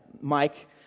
Mike